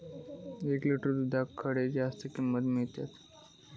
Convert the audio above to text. एक लिटर दूधाक खडे जास्त किंमत मिळात?